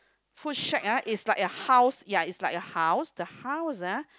food shack ah its like a house ya it's like a house the house ah